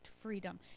freedom